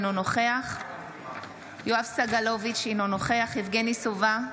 אינו נוכח יואב סגלוביץ' אינו נוכח יבגני סובה,